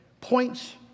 points